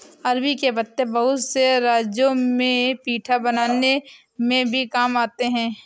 अरबी के पत्ते बहुत से राज्यों में पीठा बनाने में भी काम आते हैं